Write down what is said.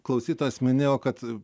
klausytojas minėjo kad